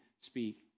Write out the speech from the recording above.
speak